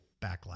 backlash